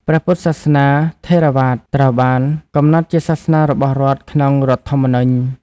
ព្រះពុទ្ធសាសនាថេរវាទត្រូវបានកំណត់ជាសាសនារបស់រដ្ឋក្នុងរដ្ឋធម្មនុញ្ញ។